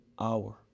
hour